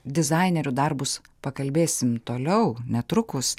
dizainerių darbus pakalbėsim toliau netrukus